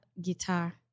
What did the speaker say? guitar